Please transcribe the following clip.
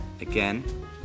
Again